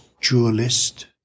dualist